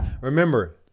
remember